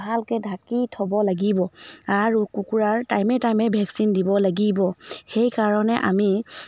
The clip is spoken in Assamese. ভালকৈ ঢাকি থ'ব লাগিব আৰু কুকুৰাৰ টাইমে টাইমে ভেকচিন দিব লাগিব সেইকাৰণে আমি